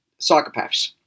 psychopaths